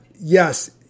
yes